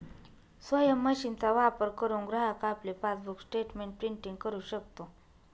स्वयम मशीनचा वापर करुन ग्राहक आपले पासबुक स्टेटमेंट प्रिंटिंग करु शकतो